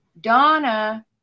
Donna